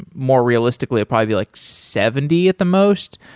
more realistically probably like seventy at the most,